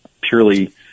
purely